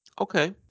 Okay